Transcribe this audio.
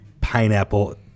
pineapple